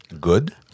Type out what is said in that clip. good